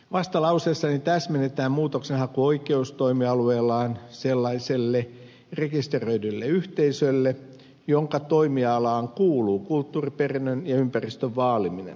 vastalauseessani täsmennetään muutoksenhakuoikeus toimialueellaan sellaiselle rekisteröidylle yhteisölle jonka toimialaan kuuluu kulttuuriperinnön ja ympäristön vaaliminen